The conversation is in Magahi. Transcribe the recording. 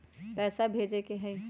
पैसा भेजे के हाइ?